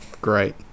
Great